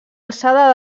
alçada